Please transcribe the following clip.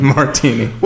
Martini